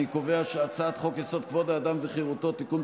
אני קובע שהצעת חוק-יסוד: כבוד האדם וחירותו (תיקון,